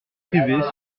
privés